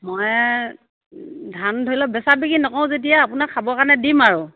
মই ধান ধৰি ল' বেচা বেচি নকৰোঁ যেতিয়া আপোনাক খাবৰ কাৰণে দিম আৰু